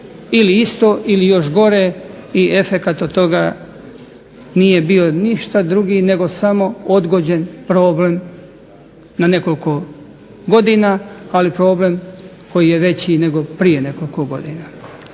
ili isto ili još gore i efekat od toga nije bio ništa drugi nego samo odgođen problem na nekoliko godina, ali problem koji je veći prije nego nekoliko godina.